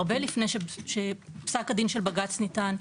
הרבה לפני שפסק הדין של בג"ץ ניתן,